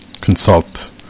Consult